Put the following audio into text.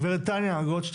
גב' תניה גולדשטיין,